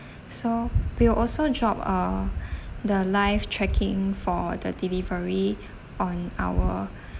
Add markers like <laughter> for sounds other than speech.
so we'll also drop uh <breath> the live tracking for the delivery on our